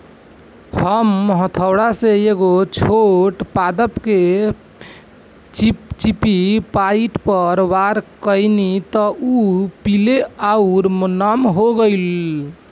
हम हथौड़ा से एगो छोट पादप के चिपचिपी पॉइंट पर वार कैनी त उ पीले आउर नम हो गईल